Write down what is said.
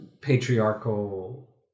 patriarchal